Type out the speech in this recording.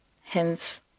Hence